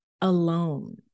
alone